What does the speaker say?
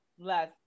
Less